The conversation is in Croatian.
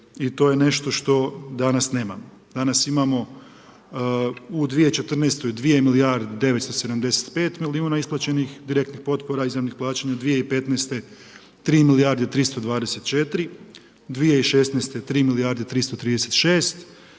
i to je nešto što danas nemamo. Danas imamo u 2014. dvije milijarde 975 milijuna isplaćenih direktnih potpora izravnih plaćanja, 2015. 3 milijarde 324, 2016. 3 milijarde 336,